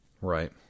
Right